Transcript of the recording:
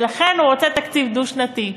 ולכן הוא רוצה תקציב דו-שנתי.